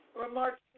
remarks